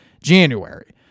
January